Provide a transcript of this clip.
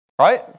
Right